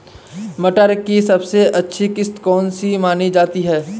मटर की सबसे अच्छी किश्त कौन सी मानी जाती है?